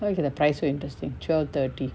oh look at the price so interesting twelve thirty